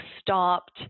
stopped